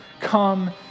Come